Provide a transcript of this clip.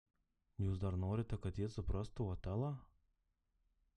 jūs dar norite kad jie suprastų otelą